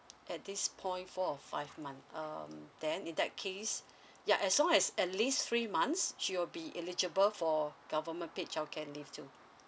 at this point four or five months um then in that case ya as long as at least three months she will be eligible for government paid childcare leave too